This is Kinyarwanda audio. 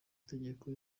itegeko